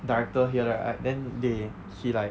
director hear that right then they he like